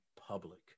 public